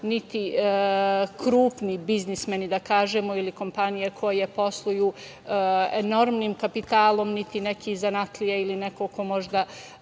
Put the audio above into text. niti krupni biznismeni, da kažemo, ili kompanije koje posluju enormnim kapitalom, niti neki zanatlija ili neko ko možda